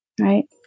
right